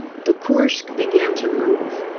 the kursk began to move.